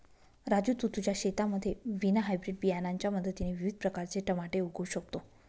राजू तू तुझ्या शेतामध्ये विना हायब्रीड बियाणांच्या मदतीने विविध प्रकारचे टमाटे उगवू शकतो